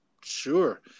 sure